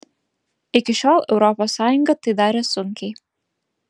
iki šiol europos sąjunga tai darė sunkiai